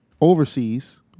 overseas